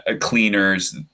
cleaners